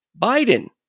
Biden